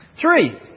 Three